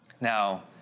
Now